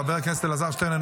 חבר הכנסת אלעזר שטרן,